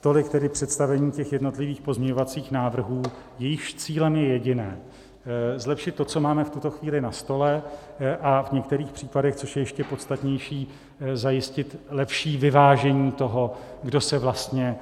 Tolik tedy představení jednotlivých pozměňovacích návrhů, jejichž cílem je jediné zlepšit to, co máme v tuto chvíli na stole, a v některých případech, což je ještě podstatnější, zajistit lepší vyvážení toho, kdo se vlastně